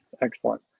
Excellent